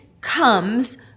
comes